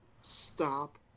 Stop